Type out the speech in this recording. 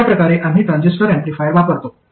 अशाप्रकारे आम्ही transistor amplifier वापरतो